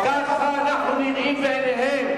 כך אנחנו נראים בעיניהם.